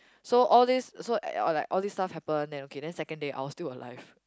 so all these so uh like all these stuff happen then okay then second day I was still alive